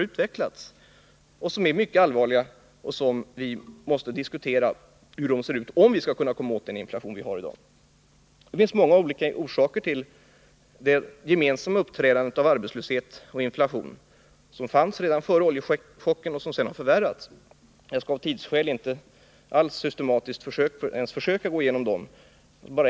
De är mycket allvarliga, och vi måste diskutera hur de ser ut om vi skall kunna komma åt den inflation vi har i dag. Det finns många olika orsaker till det gemensamma uppträdandet av arbetslöshet och inflation, något som alltså fanns före oljechocken och som sedan förvärrats. Jag skall av tidsskäl inte försöka att systematiskt gå igenom dessa orsaker.